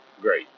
great